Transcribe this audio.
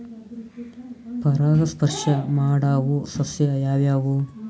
ಪರಾಗಸ್ಪರ್ಶ ಮಾಡಾವು ಸಸ್ಯ ಯಾವ್ಯಾವು?